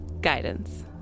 Guidance